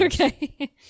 Okay